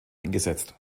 eingesetzt